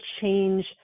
change